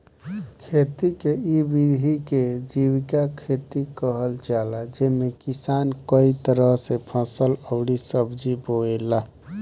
खेती के इ विधि के जीविका खेती कहल जाला जेमे किसान कई तरह के फसल अउरी सब्जी बोएला